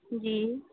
जी